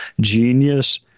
genius